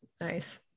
Nice